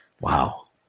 Wow